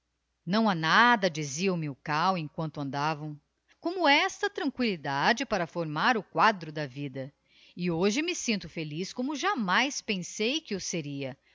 não ha nada dizia milkau emquanto andavam como esta tranquiilidade para formar o quadro da vida e hoje me sinto feliz como jamais pensei que o seria